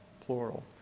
plural